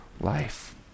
life